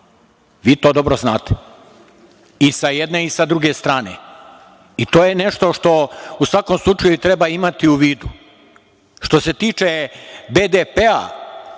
vi to dobro znate, i sa jedne i sa druge strane. To je nešto što u svakom slučaju treba imati u vidu. Što se tiče BDP,